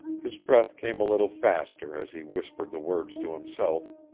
his breath came a little faster as he whispered the words to himself.